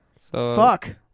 Fuck